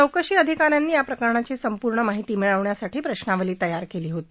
चौकशी अधिकाऱ्यांनी या प्रकरणाची संपूर्ण माहिती मिळवण्यासाठी प्रश्नावली तयार केली होती